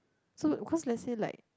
so because let's say like